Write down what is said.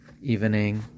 evening